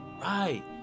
Right